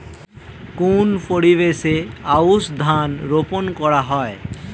কোন পরিবেশে আউশ ধান রোপন করা হয়?